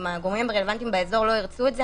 אם הגורמים הרלוונטיים באזור לא ירצו את זה,